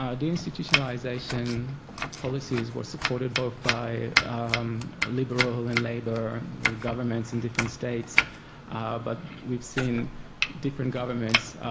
um the institutionalisation policies were supported both by liberal and labor governments in different states but we've seen different governments,